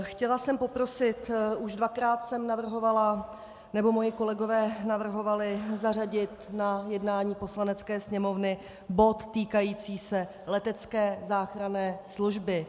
Chtěla jsem poprosit už dvakrát jsem navrhovala, nebo moji kolegové navrhovali, zařadit na jednání Poslanecké sněmovny bod týkající se letecké záchranné služby.